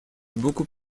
beaucoup